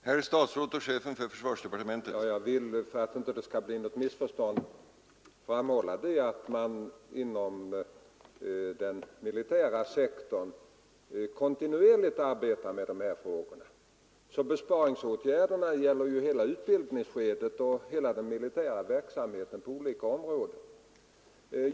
Herr talman! För att det inte skall råda något missförstånd vill jag framhålla att man inom den militära sektorn kontinuerligt arbetar med dessa frågor. Besparingsåtgärderna gäller hela utbildningsskedet och hela den militära verksamheten på olika områden.